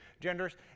genders